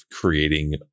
creating